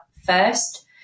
first